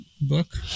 book